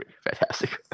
Fantastic